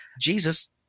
Jesus